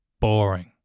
boring